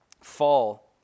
fall